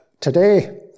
today